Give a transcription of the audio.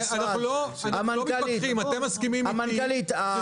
אנחנו לא מתווכחים, אתם מסכימים איתי.